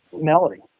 melody